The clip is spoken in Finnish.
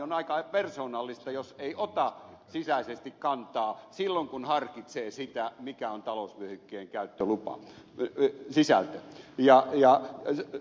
on aika persoonallista jos ei ota sisäisesti kantaa silloin kun harkitsee sitä mikä on talousvyöhykkeen käyttölupaa ei sisään ja raja käyttölupasisältö